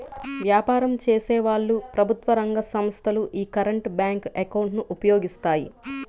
వ్యాపారం చేసేవాళ్ళు, ప్రభుత్వ రంగ సంస్ధలు యీ కరెంట్ బ్యేంకు అకౌంట్ ను ఉపయోగిస్తాయి